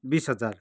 बिस हजार